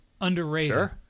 Underrated